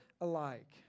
alike